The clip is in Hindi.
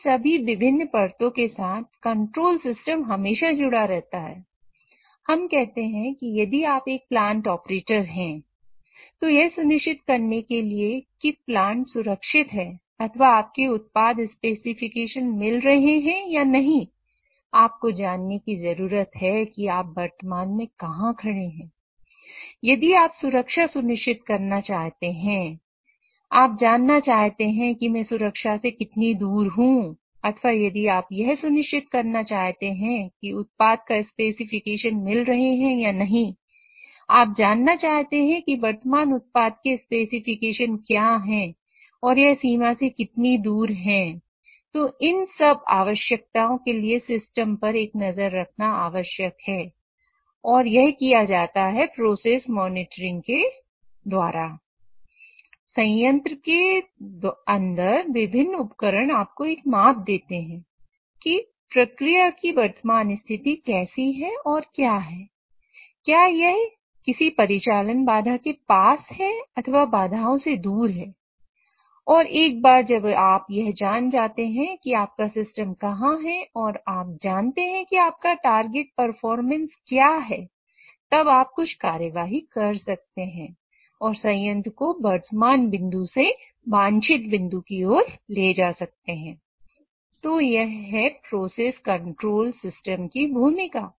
इन सभी विभिन्न परतों के साथ कंट्रोल सिस्टम सिस्टम की भूमिका